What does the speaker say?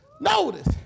Notice